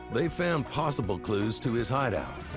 they've found possible clues to his hideout.